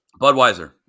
Budweiser